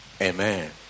Amen